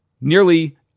nearly